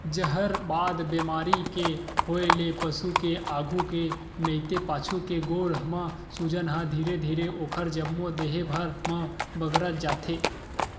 जहरबाद बेमारी के होय ले पसु के आघू के नइते पाछू के गोड़ म सूजन ह धीरे धीरे ओखर जम्मो देहे भर म बगरत जाथे